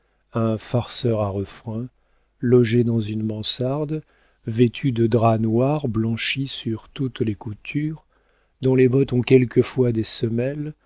un farceur à refrains logé dans une mansarde vêtu de drap noir blanchi sur toutes les coutures dont les bottes ont quelquefois des semelles